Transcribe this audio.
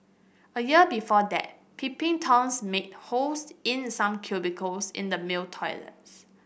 a year before that peeping Toms made holes in some cubicles in the male toilet